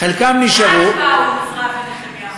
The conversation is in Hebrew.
מעט באו עם עזרא ונחמיה.